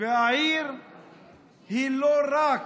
העיר היא לא רק